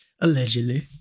Allegedly